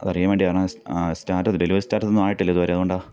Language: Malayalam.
അതറിയാന് വേണ്ടിയാണ് സ്റ്റാറ്റസ് ഡെലിവറി സ്റ്റാറ്റസൊന്നും ആയിട്ടില്ല ഇതുവരെ അതുകൊണ്ടാണ്